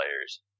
players